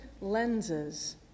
lenses